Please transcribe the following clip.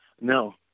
No